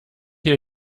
hier